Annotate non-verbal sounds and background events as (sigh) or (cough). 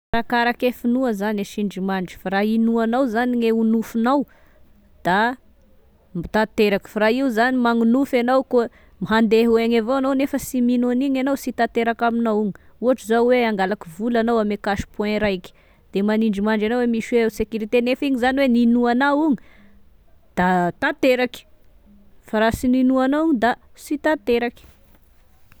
Arakarake finoa zane sindrimandry fa raha inoanao zagne o nofinao, da tanteraky, fa raha io zany magnonofy anao koa handeha ho egny avao agnao nefa sy mino anigny anao sy tanteraka aminao onga, ohatry zao hoe hangalaky vola agnao ame cash point raiky, dia manindry mandry anao misy hoe sécurité nefa igny zany hoe ninoanao ogna, da (hesitation) tanteraky, fa raha sy ninoanao da sy tanteraky.